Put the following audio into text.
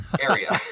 area